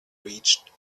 reached